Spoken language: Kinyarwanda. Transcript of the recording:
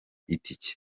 itike